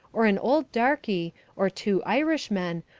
or an old darky, or two irishmen,